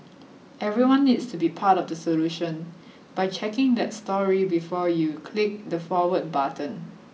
everyone needs to be part of the solution by checking that story before you click the Forward button